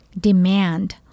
demand